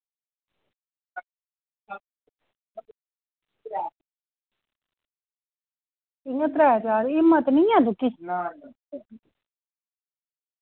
इ'यै त्रै चार एह् मते निं हैन इत्थै